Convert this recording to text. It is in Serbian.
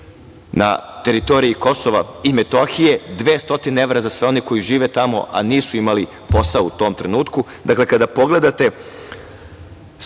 na teritoriji Kosova i Metohije, 200 evra za sve one koji žive tamo, a nisu imali posao u tom trenutku. Kada pogledate